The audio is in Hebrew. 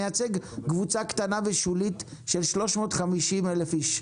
הוא מייצג קבוצה קטנה ושולית של 350,000 איש.